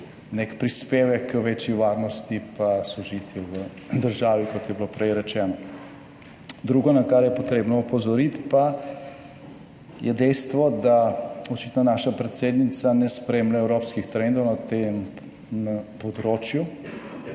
nek prispevek k večji varnosti pa sožitju v državi kot je bilo prej rečeno. Drugo na kar je potrebno opozoriti, pa je dejstvo, da očitno naša predsednica ne spremlja evropskih trendov na tem področju.